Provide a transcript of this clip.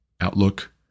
outlook